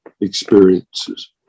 experiences